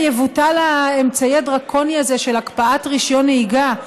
יבוטל האמצעי הדרקוני הזה של הקפאת רישיון נהיגה,